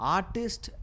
Artist